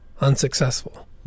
unsuccessful